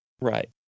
right